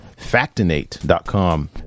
Factinate.com